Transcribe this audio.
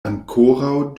ankoraŭ